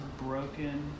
broken